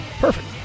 Perfect